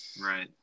Right